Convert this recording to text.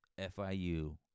FIU